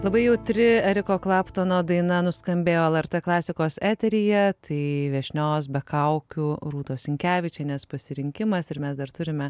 labai jautri eriko klaptono daina nuskambėjo lrt klasikos eteryje tai viešnios be kaukių rūtos sinkevičienės pasirinkimas ir mes dar turime